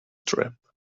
trap